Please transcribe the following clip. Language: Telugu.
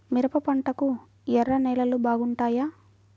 మిరప పంటకు ఎర్ర నేలలు బాగుంటాయా?